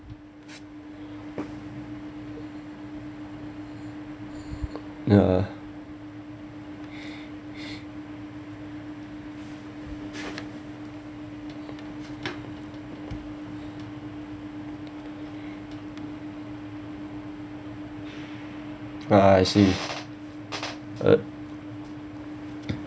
ya ah I see uh